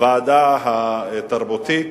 הוועדה התרבותית